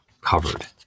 covered